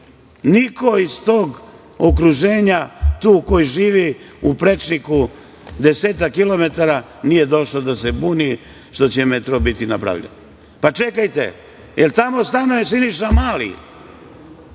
Niko iz tog okruženja, tu koji živi u prečniku desetak kilometara nije došao da se buni što će biti metro napravljen. Čekajte, jel tamo stanuje Siniša Mali?